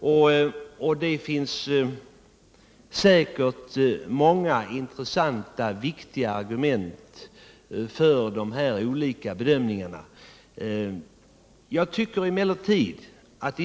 Och det finns säkert många intressanta och viktiga argument för de olika bedömningarna.